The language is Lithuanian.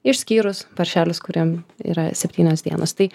išskyrus paršelis kuriam yra septynios dienos tai